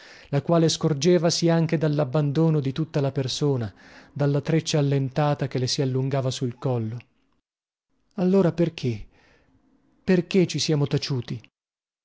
la quale scorgevasi anche dallabbandono di tutta la persona dalla treccia allentata che le si allungava sul collo allora perchè perchè ci siamo taciuti